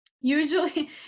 Usually